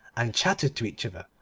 and chattered to each other,